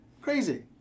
Crazy